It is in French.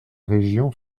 région